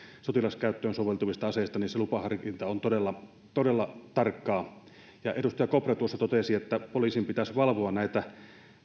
sotilaskäyttöön soveltuvista aseista se lupaharkinta on todella todella tarkkaa edustaja kopra tuossa totesi että poliisin pitäisi valvoa näitä